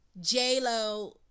J-Lo